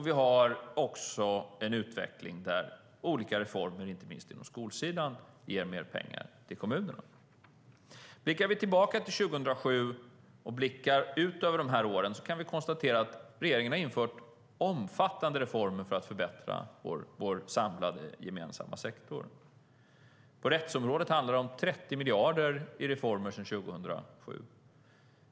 Vi har också en utveckling där olika reformer, inte minst på skolsidan, ger mer pengar till kommunerna. Blickar vi tillbaka till 2007 och blickar ut över de här åren kan vi konstatera att regeringen har genomfört omfattande reformer för att förbättra vår samlade gemensamma sektor. På rättsområdet handlar det om 30 miljarder i reformer sedan 2007.